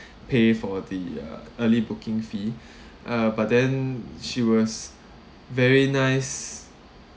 pay for the uh early booking fee uh but then she was very nice